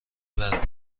برپایه